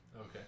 okay